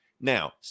Now